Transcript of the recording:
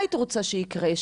מה היית רוצה שיקרה?